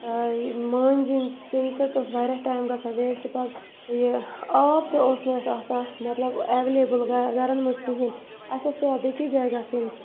مانٛجٕنۍ تَمہِ سۭتۍ اوس واریاہ ٹایم گژھان ویسٹ پَتہٕ یہِ آب تہِ اوس نہٕ اَسہِ آسان مطلب اٮ۪وٮ۪لیبٕل گَرَن منٛز کِہیٖنۍ اَسہِ اوس پٮ۪وان بیٚکِس جایہِ گژھُن